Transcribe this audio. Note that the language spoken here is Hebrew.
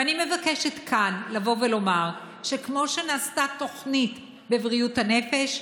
ואני מבקשת כאן לבוא ולומר שכמו שנעשתה תוכנית בבריאות הנפש,